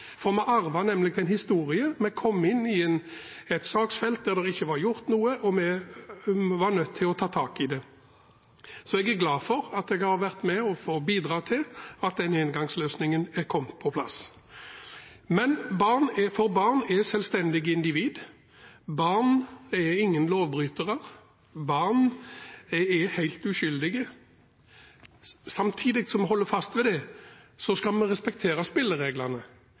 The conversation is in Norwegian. nemlig en historie. Vi kom inn i et saksfelt der det ikke var gjort noe, og vi var nødt til å ta tak i det. Så jeg er glad for at jeg har vært med å bidra til at den éngangsløsningen er kommet på plass – for barn er selvstendige individer, barn er ingen lovbrytere, barn er helt uskyldige. Samtidig som vi holder fast ved det, skal vi respektere spillereglene